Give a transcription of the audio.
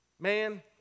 Man